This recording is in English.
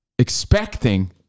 expecting